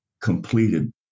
completed